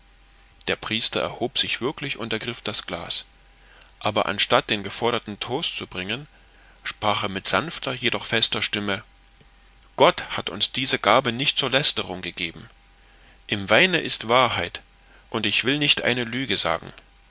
der priester erhob sich wirklich und ergriff das glas aber anstatt den geforderten toast zu bringen sprach er mit sanfter jedoch fester stimme gott hat uns diese gabe nicht zur lästerung gegeben im weine ist wahrheit und ich will nicht eine lüge sagen